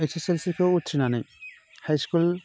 ओइसएसएलसिखौ उथ्रिनानै high school